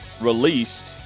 released